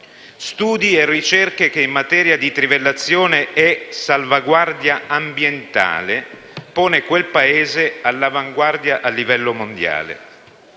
studi e ricerche, che in materia di trivellazioni significano salvaguardia ambientale e che pongono quel Paese all'avanguardia a livello mondiale,